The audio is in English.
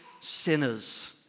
sinners